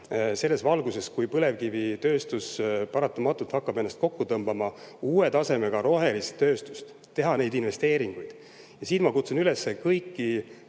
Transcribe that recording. selles valguses, et põlevkivitööstus paratamatult hakkab ennast kokku tõmbama, uue tasemega, rohelist tööstust, teha neid investeeringuid. Ja siin ma kutsun üles kõiki